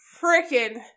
freaking